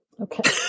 Okay